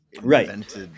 Right